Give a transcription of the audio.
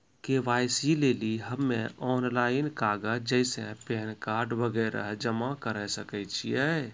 KYC लेली हम्मय online कागज जैसे पैन कार्ड वगैरह जमा करें सके छियै?